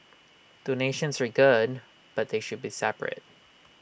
donations were good but they should be separate